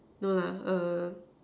no lah err